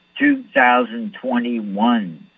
2021